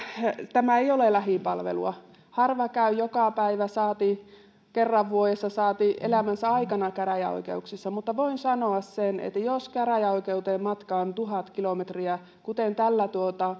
tämä ei ole lähipalvelua harva käy joka päivä saati kerran vuodessa saati elämänsä aikana käräjäoikeuksissa mutta voin sanoa sen että jos käräjäoikeuteen on matkaa tuhat kilometriä kuten tällä